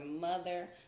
mother